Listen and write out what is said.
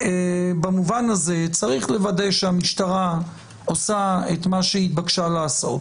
במובן הזה צריך לוודא שהמשטרה עושה את מה שהיא התבקשה לעשות,